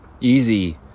easy